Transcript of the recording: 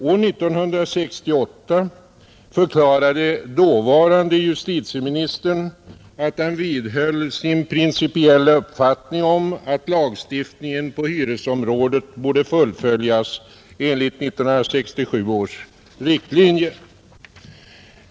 År 1968 förklarade dåvarande justitieministern att han vidhöll sin principiella uppfattning att lagstiftningen på hyresområdet borde fullföljas enligt 1967 års riktlinjer.